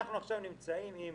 אנחנו עכשיו נמצאים עם